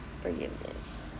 forgiveness